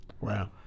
wow